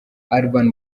urban